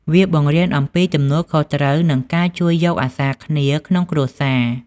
វាបង្រៀនអំពីទំនួលខុសត្រូវ និងការជួយយកអាសារគ្នាក្នុងគ្រួសារ។